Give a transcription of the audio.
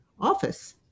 office